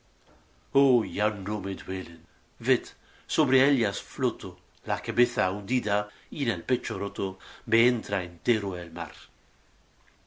ya no me duelen ved sobre ellas floto la cabeza hundida y en el pecho roto me entra entero el mar